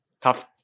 tough